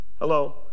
Hello